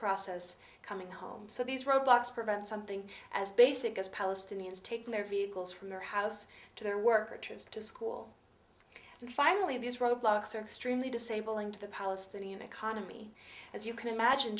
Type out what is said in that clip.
process of coming home so these roadblocks prevent something as basic as palestinians taking their vehicles from their house to their work or trips to school and finally these roadblocks are extremely disabling to the palestinian economy as you can imagine